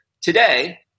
today